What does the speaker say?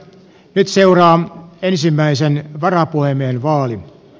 nyt seuraa ensimmäisen varapuhemiehen vaali